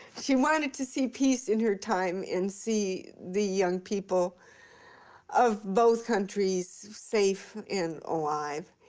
she wanted to see peace in her time and see the young people of both countries safe and alive.